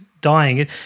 dying